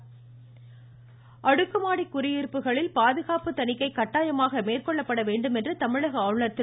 ஆளுநர் அடுக்குமாடி குடியிருப்புகளில் பாதுகாப்பு தணிக்கை கட்டாயமாக மேற்கொள்ளப்பட வேண்டும் என்று தமிழக ஆளுநர் திரு